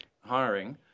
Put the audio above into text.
hiring